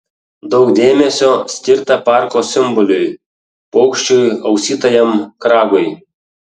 daug dėmesio skirta parko simboliui paukščiui ausytajam kragui